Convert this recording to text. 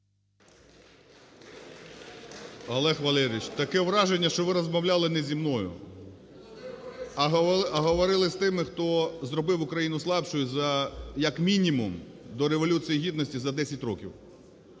Олег Валерійович, таке враження, що ви розмовляли не зі мною, а говорили з тими, хто зробив Україну слабшою за як мінімум до Революції Гідності за 10 років.